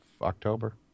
October